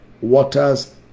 waters